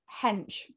hench